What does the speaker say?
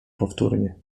powtórnie